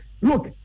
Look